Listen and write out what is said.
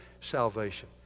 salvation